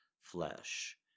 flesh